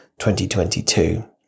2022